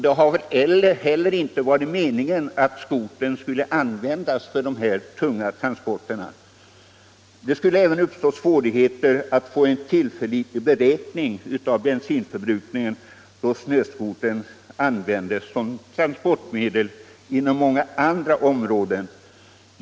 Det har väl heller inte varit meningen att skotern skulle användas för de här tunga transporterna. Det skulle beträffande snöskotern uppstå svårigheter att få en tillförlitlig beräkning av bensinförbrukningen då den även används som transportmedel inom många andra områden.